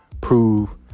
prove